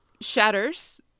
shatters